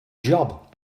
job